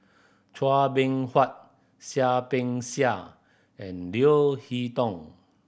Chua Beng Huat Seah Peck Seah and Leo Hee Tong